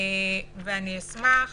ואשמח